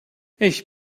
ich